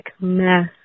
mess